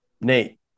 Nate